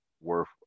worth